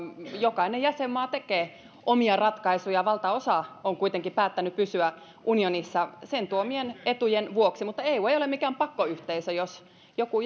jokainen jäsenmaa tekee omia ratkaisujaan valtaosa on kuitenkin päättänyt pysyä unionissa sen tuomien etujen vuoksi mutta eu ei ole mikään pakkoyhteisö jos joku